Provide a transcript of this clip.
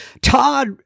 Todd